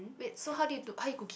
wait so how do you do how you cook it